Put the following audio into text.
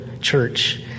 Church